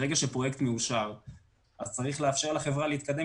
ברגע שפרויקט מאושר צריך לאפשר לחברה להתקדם